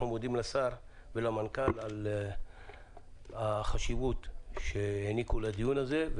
אנחנו מודים לשר ולמנכ"ל על החשיבות שהעניקו לדיון הזה.